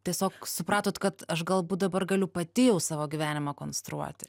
tiesiog supratot kad aš galbūt dabar galiu pati jau savo gyvenimą konstruoti